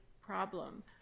problem